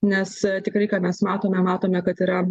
nes tikrai ką mes matome matome kad yra